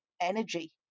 energy